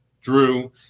Drew